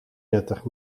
nuttig